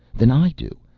than i do.